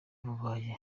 bubaye